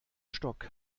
stock